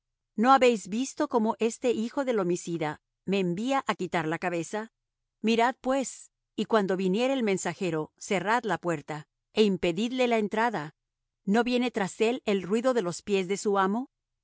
no habéis visto como este hijo del homicida me envía á quitar la cabeza mirad pues y cuando viniere el mensajero cerrad la puerta é impedidle la entrada no viene tras él el ruido de los pies de su amo aun